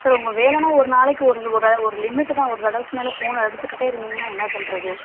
sir உங்கள் வேலைனா ஒரு நாளைக்கு ஒரு ஒரு லிமிட்டு தான் ஒரு தடவைக்கு மேலே ஃபோன் அடிச்சிக்கிட்டே இருந்திங்கன்னா என்ன பண்ணுறது